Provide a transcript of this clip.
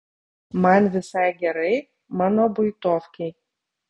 man visai gerai mano buitovkėj